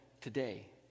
today